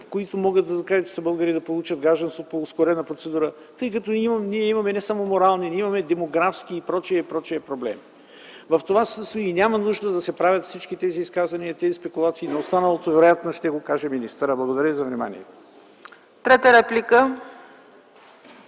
които могат да докажат, че са българи, да получат гражданство по ускорена процедура. Тъй като ние имаме не само морални, ние имаме демографски и прочие, и прочие проблеми. В това се състои промяната и няма нужда да се правят всички тези изказвания и спекулации. Останалото вероятно ще го каже и министърът. Благодаря за вниманието.